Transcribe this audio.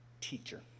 Teacher